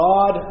God